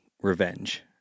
Revenge